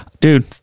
Dude